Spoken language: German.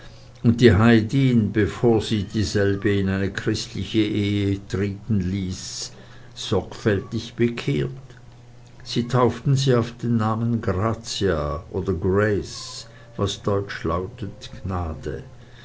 und die heidin bevor sie dieselbe in eine christliche ehe treten ließ sorgfältig bekehrt sie tauften sie auf den namen grazia oder grace was deutsch lautet gnade